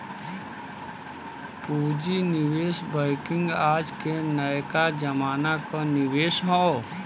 पूँजी निवेश बैंकिंग आज के नयका जमाना क निवेश हौ